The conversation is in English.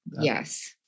Yes